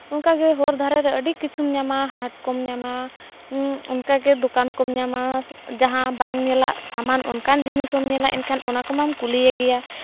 ᱚᱱᱠᱟ ᱜᱮ ᱦᱚᱨ ᱫᱷᱟᱨᱮ ᱨᱮ ᱟᱹᱰᱤ ᱠᱤᱪᱷᱩᱢ ᱧᱟᱢᱟ ᱦᱟᱴ ᱠᱚᱢ ᱧᱟᱢᱟ ᱚᱱᱠᱟ ᱜᱮ ᱫᱚᱠᱟᱱ ᱠᱚᱢ ᱧᱟᱢᱟ ᱡᱟᱦᱟᱸ ᱵᱟᱝ ᱧᱮᱞᱟᱜ ᱥᱟᱢᱟᱱ ᱚᱱᱠᱟᱱ ᱡᱤᱱᱤᱥ ᱦᱚᱸᱢ ᱧᱮᱞᱟ ᱮᱱᱠᱷᱟᱱ ᱚᱱᱟ ᱠᱚᱢᱟᱢ ᱠᱩᱞᱤᱭᱮ ᱜᱮᱭᱟ